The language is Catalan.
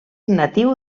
natiu